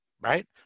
right